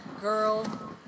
girl